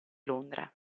londra